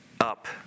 up